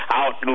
out